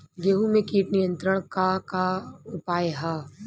गेहूँ में कीट नियंत्रण क का का उपाय ह?